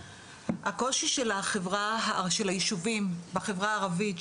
הקושי של היישובים בחברה הערבית,